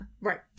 Right